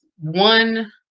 one